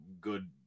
good